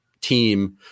team